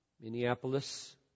Minneapolis